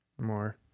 more